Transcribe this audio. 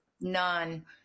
None